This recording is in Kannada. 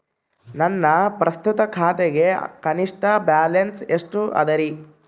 ನನ್ನ ಪ್ರಸ್ತುತ ಖಾತೆಗೆ ಕನಿಷ್ಠ ಬ್ಯಾಲೆನ್ಸ್ ಎಷ್ಟು ಅದರಿ?